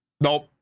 nope